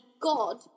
God